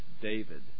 David